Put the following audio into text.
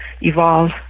evolve